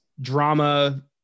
drama